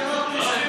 הפגנות,